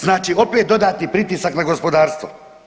Znači, opet dodatni pritisak na gospodarstvo.